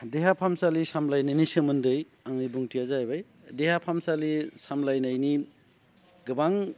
देहा फाहामसालि सामलायनायनि सोमोन्दै आंनि बुंथिया जाहैबाय देहा फाहामसालि सामलायनायनि गोबां